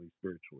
spiritually